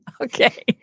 Okay